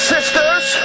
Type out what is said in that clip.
sisters